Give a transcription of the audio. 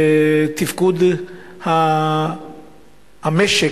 לתפקוד המשק